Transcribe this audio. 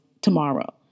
tomorrow